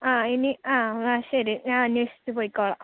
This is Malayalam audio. ആ ഇനി ആ ആ ശരി ഞാൻ അന്വേഷിച്ച് പോയിക്കൊള്ളാം